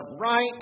right